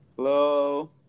Hello